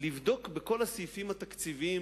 לבדוק בכל הסעיפים התקציביים